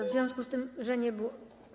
W związku z tym, że nie było.